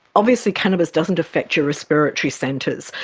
obviously cannabis doesn't affect your respiratory centres,